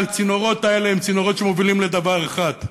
הצינורות האלה מובילים לדבר אחד.